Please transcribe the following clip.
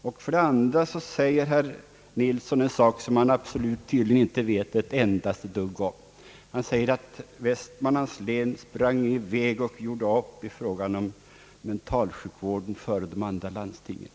Vidare uttalar sig herr Nilsson i en fråga som han tydligen inte vet någonting alls om, Han säger att Västmanlands län gjorde upp i frågan om mentalsjukvården före de andra landstingen.